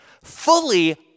fully